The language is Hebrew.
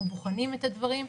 אנחנו בוחנים את הדברים.